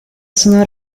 sono